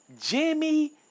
Jimmy